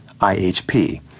IHP